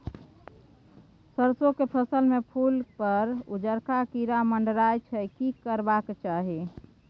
सरसो के फसल में फूल पर उजरका कीरा मंडराय छै की करबाक चाही?